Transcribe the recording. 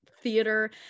theater